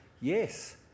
Yes